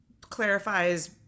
clarifies